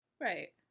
Right